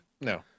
No